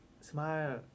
smile